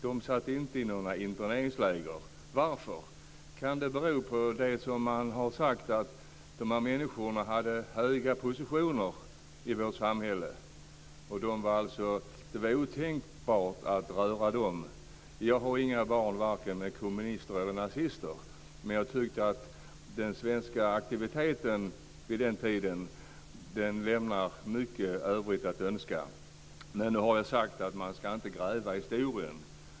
De satt inte i några interneringsläger. Varför? Kan det beror på det man har sagt, att de människorna hade höga positioner i vårt samhälle? Det var otänkbart att röra dem. Jag har inga barn vare sig med kommunister eller nazister. Men den svenska aktiviteten vid den tiden lämnar mycket övrigt att önska. Nu har jag sagt att man inte ska gräva i historien.